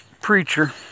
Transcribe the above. preacher